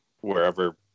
wherever